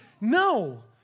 No